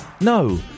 No